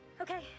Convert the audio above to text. Okay